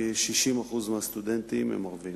כ-60% מהסטודנטים הם ערבים,